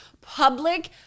public